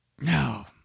No